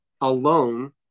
alone